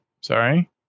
sorry